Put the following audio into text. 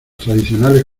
tradicionales